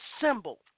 symbol